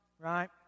Right